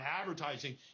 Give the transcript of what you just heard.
advertising